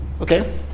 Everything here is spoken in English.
Okay